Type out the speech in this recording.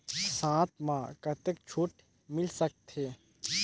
साथ म कतेक छूट मिल सकथे?